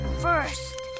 First